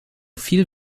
viel